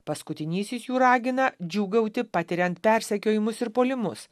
paskutinysis jų ragina džiūgauti patiriant persekiojimus ir puolimus